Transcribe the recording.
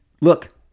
Look